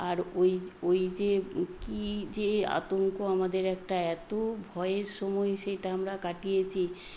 আর ওইয ওই যে কী যে আতঙ্ক আমাদের একটা এত ভয়ের সময় সেইটা আমরা কাটিয়েছি